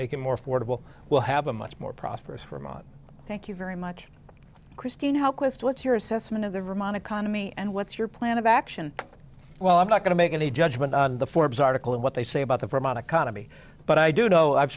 it more affordable we'll have a much more prosperous for mom thank you very much christine how quest what's your assessment of the rim on economy and what's your plan of action well i'm not going to make any judgment on the forbes article and what they say about the vermont economy but i do know i've